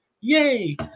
yay